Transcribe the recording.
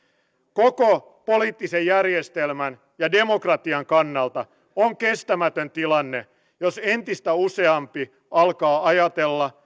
koko poliittisen järjestelmän ja demokratian kannalta on kestämätön tilanne jos entistä useampi alkaa ajatella